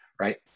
right